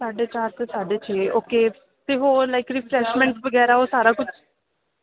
ਸਾਢੇ ਚਾਰ ਤੋਂ ਸਾਢੇ ਛੇ ਓਕੇ ਤੇ ਹੋਰ ਲਾਈਕ ਰਿਫਰੈਸ਼ਮੈਂਟ ਵਗੈਰਾ ਉਹ ਸਾਰਾ ਕੁਝ